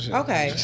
okay